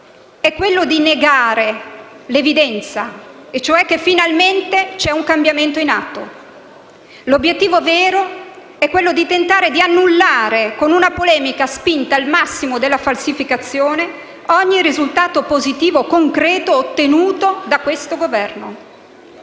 è quello di negare l'evidenza, e cioè che finalmente c'è un cambiamento in atto; l'obiettivo vero è quello di tentare di annullare, con una polemica spinta al massimo della falsificazione, ogni risultato positivo concreto ottenuto da questo Governo.